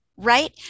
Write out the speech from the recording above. right